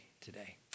today